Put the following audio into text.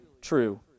true